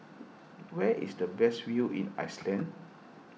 where is the best view in Iceland